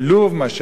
מה שהיה בתוניסיה,